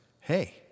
hey